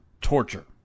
torture